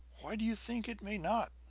why, do you think it may not?